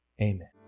amen